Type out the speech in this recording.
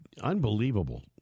unbelievable